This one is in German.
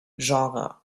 genre